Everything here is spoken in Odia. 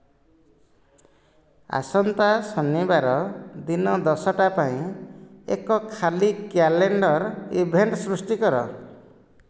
ଆସନ୍ତା ଶନିବାର ଦିନ ଦଶଟା ପାଇଁ ଏକ ଖାଲି କ୍ୟାଲେଣ୍ଡର ଇଭେଣ୍ଟ ସୃଷ୍ଟି କର